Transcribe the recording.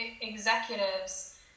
executives